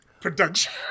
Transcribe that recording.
production